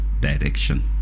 direction